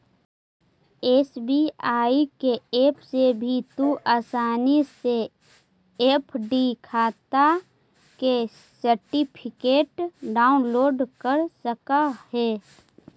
SBI के app से भी तू आसानी से एफ.डी खाटा के सर्टिफिकेट डाउनलोड कर सकऽ हे